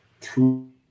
two